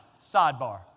Sidebar